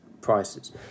prices